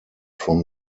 from